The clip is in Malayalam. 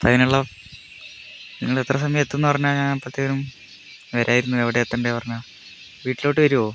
അതിനുള്ള നിങ്ങൾ എത്ര സമയം എത്തുമെന്ന് പറഞ്ഞാൽ ഞാൻ അപ്പോഴത്തേനും വരാമായിരുന്നു എവിടെയാണ് എത്തേണ്ടത് പറഞ്ഞാൽ വീട്ടിലോട്ട് വരുമോ